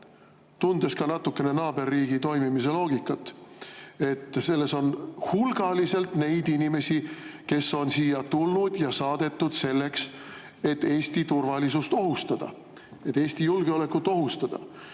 tundes natukene ka naaberriigi toimimise loogikat – hulgaliselt neid inimesi, kes on siia tulnud ja saadetud selleks, et Eesti turvalisust ohustada, et Eesti julgeolekut ohustada.